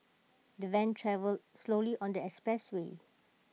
the van travelled slowly on the expressway